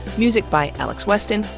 music by alex weston,